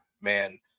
man